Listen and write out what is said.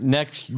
Next